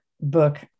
book